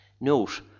Note